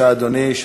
בבקשה, אדוני.